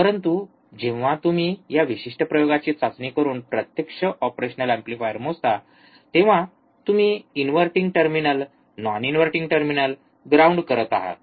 परंतु जेव्हा तुम्ही या विशिष्ट प्रयोगाची चाचणी करून प्रत्यक्ष ऑपरेशनल एम्प्लीफायर मोजता तेव्हा तुम्ही inverting terminal non inverting terminal ground करत आहात